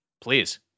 Please